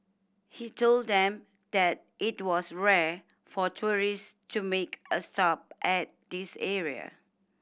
he told them that it was rare for tourists to make a stop at this area